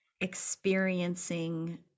experiencing